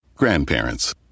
Grandparents